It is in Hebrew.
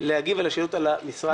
להגיב לשאלות על המשרד.